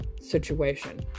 situation